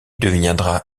deviendra